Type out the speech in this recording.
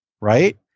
right